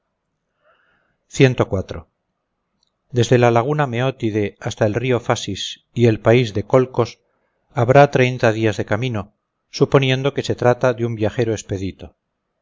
desde la laguna meótide hasta el río fasis y el país de colcos habrá treinta días de camino suponiendo que se trata de un viajero expedito